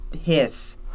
hiss